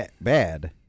bad